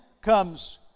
comes